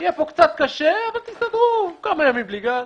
יהיה פה קצת קשה אבל תסתדרו כמה ימים בלי גז.